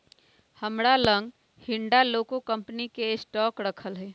हमरा लग हिंडालको कंपनी के स्टॉक राखल हइ